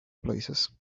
places